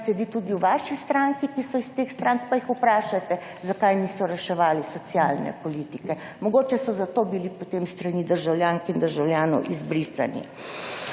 tudi v vaši stranki, ki so iz teh strank, pa jih vprašajte zakaj niso reševali socialne politike, mogoče so zato bili potem s strani državljank in državljanov izbrisani.